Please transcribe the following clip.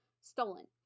Stolen